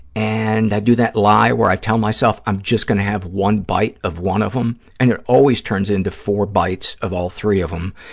and i do that lie where i tell myself, i'm just going to have one bite of one of them, and it always turns into four bites of all three of them,